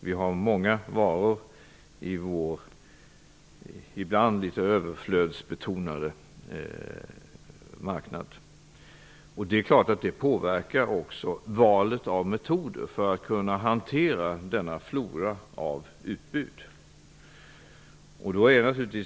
Vi har många varor på vår ibland litet överflödsbetonade marknad. Det är klart att detta också påverkar valet av metoder för att kunna hantera denna flora av utbud.